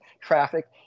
traffic